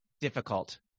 difficult